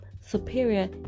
superior